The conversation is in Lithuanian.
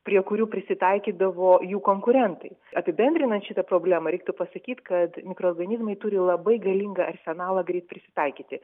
prie kurių prisitaikydavo jų konkurentai apibendrinant šitą problemą reiktų pasakyt kad mikroorganizmai turi labai galingą arsenalą greit prisitaikyti